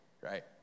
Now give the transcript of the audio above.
right